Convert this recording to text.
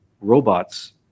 robots